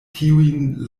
tiujn